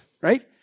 right